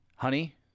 Honey